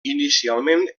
inicialment